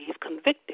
convicted